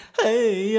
hey